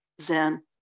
Zen